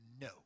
no